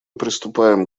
приступаем